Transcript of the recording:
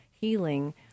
healing